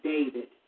David